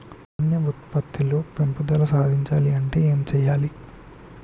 ధాన్యం ఉత్పత్తి లో పెంపుదల సాధించాలి అంటే ఏం చెయ్యాలి?